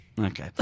Okay